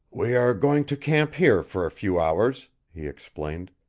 we are going to camp here for a few hours, he explained.